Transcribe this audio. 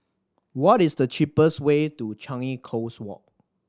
what is the cheapest way to Changi Coast Walk